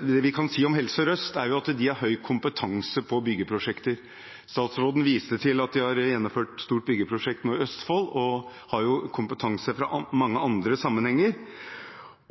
Det vi kan si om Helse Sør-Øst, er at de har høy kompetanse på byggeprosjekter. Statsråden viste til at de nå har gjennomført et stort byggeprosjekt i Østfold, og de har også kompetanse fra mange andre sammenhenger.